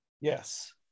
Yes